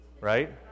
Right